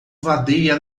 vadeia